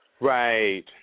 Right